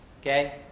Okay